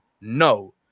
No